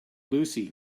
lucy